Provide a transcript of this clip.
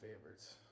favorites